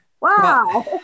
Wow